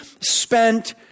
spent